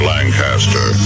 Lancaster